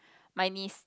my niece